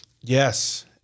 Yes